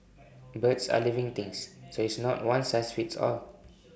birds are living things so it's not one size fits all